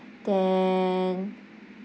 then